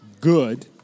good